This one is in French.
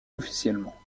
officiellement